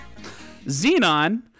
Xenon